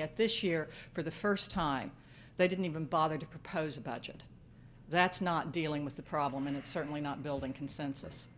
yet this year for the first time they didn't even bother to propose about it that's not dealing with the problem and it's certainly not building consensus